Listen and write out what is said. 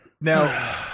Now